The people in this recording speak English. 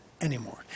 anymore